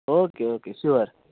okay okay sure